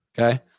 okay